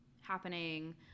happening